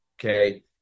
Okay